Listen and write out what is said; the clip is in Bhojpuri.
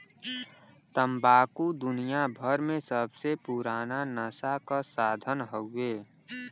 तम्बाकू दुनियाभर मे सबसे पुराना नसा क साधन हउवे